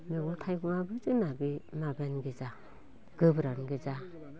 मैगं थाइगङाबो जोंना बे माबायानो गोजा गोबोरानो गोजा